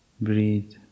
breathe